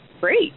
great